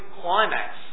climax